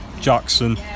Jackson